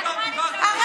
את פנית, דיברת עם מישהו?